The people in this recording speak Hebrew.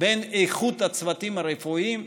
בין איכות הצוותים הרפואיים,